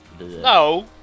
No